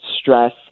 stress